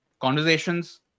conversations